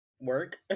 work